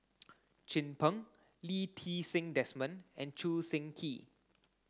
Chin Peng Lee Ti Seng Desmond and Choo Seng Quee